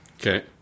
Okay